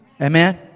Amen